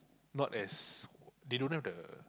not as they don't have the